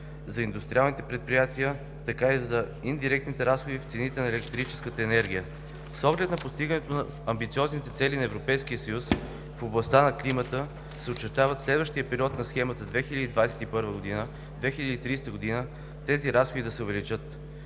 за индустриалните предприятия, така и за индиректните разходи в цените на електрическата енергия. С оглед на постигането на амбициозните цели на Европейския съюз в областта на климата се очертава в следващия период на схемата 2021 – 2030 г. тези разходи да се увеличат.